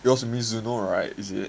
it was Mizuno right is it